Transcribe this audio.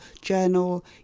journal